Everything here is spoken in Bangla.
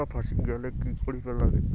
টাকা ফাঁসি গেলে কি করিবার লাগে?